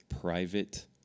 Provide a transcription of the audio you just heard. Private